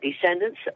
descendants